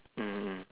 mm